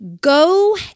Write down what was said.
Go